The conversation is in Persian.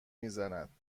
میزند